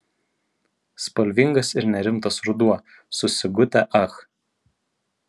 spalvingas ir nerimtas ruduo su sigute ach